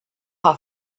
how